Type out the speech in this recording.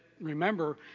remember